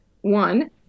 one